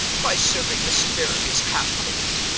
by serving asparagus half-cold?